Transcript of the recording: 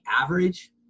average